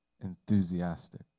Enthusiastic